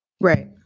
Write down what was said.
right